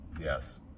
Yes